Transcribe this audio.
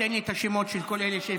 תן לי את השמות של כל אלה